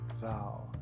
thou